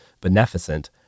beneficent